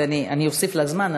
אני אוסיף לך זמן,